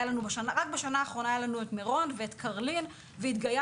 רק בשנה האחרונה היה לנו את מירון ואת קרלין והתגייסנו.